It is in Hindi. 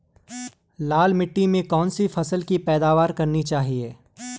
लाल मिट्टी में कौन सी फसल की पैदावार करनी चाहिए?